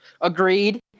Agreed